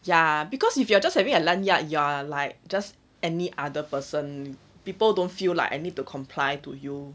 ya because if you are just having a lanyard you are like just any other person people don't feel like I need to comply to you